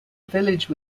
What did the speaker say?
village